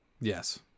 Yes